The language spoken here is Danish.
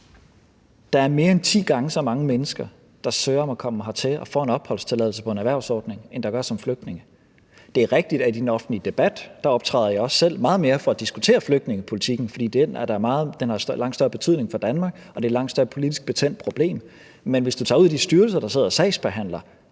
Der er mere end ti gange så mange mennesker, der søger om at komme hertil og få en opholdstilladelse på en erhvervsordning, end der har været som flygtninge. Det er rigtigt, at i den offentlige debat optræder jeg også selv meget mere for at diskutere flygtningepolitikken, fordi den har langt større betydning for Danmark og det er et langt større politisk betændt problem. Men hvis vi tager ud i de styrelser, der sidder og sagsbehandler